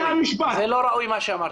זה לא ראוי מה שאמרת.